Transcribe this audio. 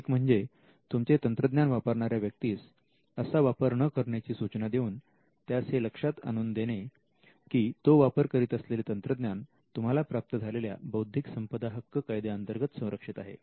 एक म्हणजे तुमचे तंत्रज्ञान वापरणार्या व्यक्तीस असा वापर न करण्याची सूचना देऊन त्यास हे लक्षात आणून देणे की तो वापर करीत असलेले तंत्रज्ञान तुम्हाला प्राप्त झालेल्या बौद्धिक संपदा हक्क कायद्याअंतर्गत संरक्षित आहे